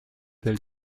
del